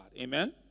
Amen